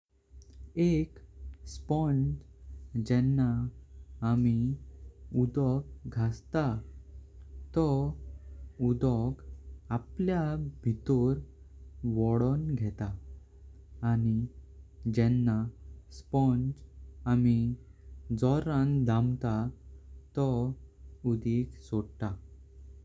एक स्पॉन्ज जेना आमी उदोक घस्तातो उस्की आपल्या भितर वोडून घेता। आनी जेना स्पॉन्ज आमी जोरां दमता तो उदिक सोडता।